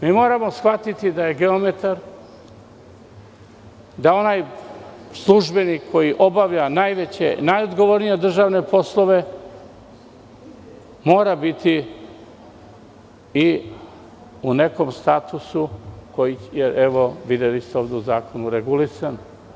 Mi moramo shvatiti da je geometar, da onaj službenik koji obavlja najveće najodgovornije državne poslove mora biti i u nekom statusu kojih je evo, videli ste ovde u zakonu regulisan.